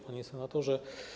Panie Senatorze!